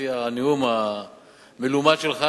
לפי הנאום המלומד שלך,